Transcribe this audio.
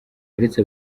uretse